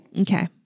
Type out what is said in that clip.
Okay